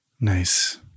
Nice